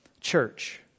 church